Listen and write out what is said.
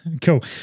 Cool